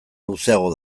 luzeagoa